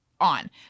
on